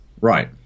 right